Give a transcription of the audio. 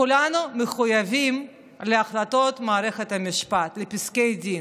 כולנו מחויבים להחלטות מערכת המשפט, לפסקי דין,